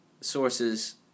sources